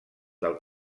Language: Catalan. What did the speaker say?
del